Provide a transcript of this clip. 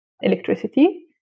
electricity